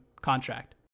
contract